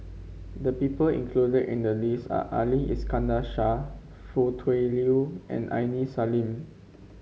the people included in the list are Ali Iskandar Shah Foo Tui Liew and Aini Salim